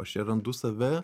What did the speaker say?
aš čia randu save